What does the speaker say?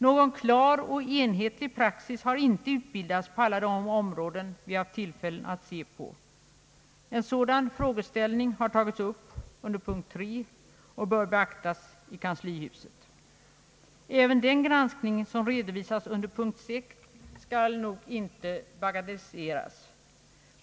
Någon klar och enhetlig praxis har inte utbildats på alla de områden vi haft tillfälle se på. Detta framgår av den frågeställning som tagits upp under punkt 3 och som förtjänar att beaktas i kanslihuset. Inte heller den granskning som redovisas under punkt 6 bör bagatelliseras.